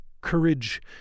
courage